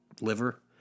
liver